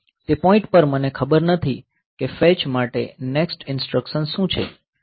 તે પોઈન્ટ પર મને ખબર નથી કે ફેચ માટે નેક્સ્ટ ઇન્સટ્રકશન શું છે